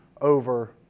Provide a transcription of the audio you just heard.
over